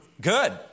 good